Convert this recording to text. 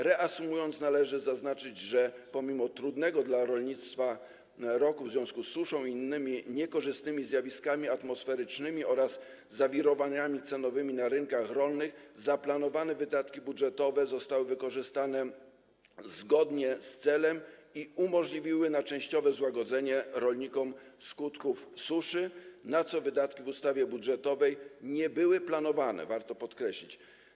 Reasumując, należy zaznaczyć, że pomimo trudnego dla rolnictwa roku w związku z suszą i innymi niekorzystnymi zjawiskami atmosferycznymi oraz zawirowaniami cenowymi na rynkach rolnych zaplanowane wydatki budżetowe zostały wykorzystane zgodnie z celem i umożliwiły częściowe złagodzenie skutków suszy, na co wydatki w ustawie budżetowej nie były planowane, co warto podkreślić.